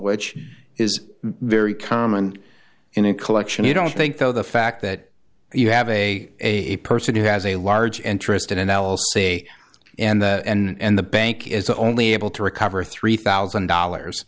which is very common in a collection you don't think though the fact that you have a a person who has a large interest in an l c a and that and the bank is only able to recover three thousand dollars